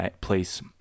place